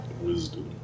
Wisdom